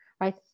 right